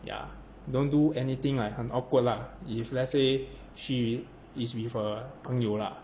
ya don't do anything like 很 awkward lah if let's say she is with a 朋友啦